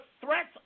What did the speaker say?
threats